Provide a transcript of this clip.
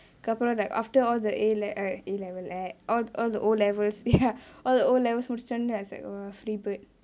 அதுக்கு அப்ரோ:athuku apro like after all the A le~ A level all all the O levels ya all the O levels முடிச்சோனே:mudichone I was like !wah! free bird